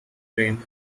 frame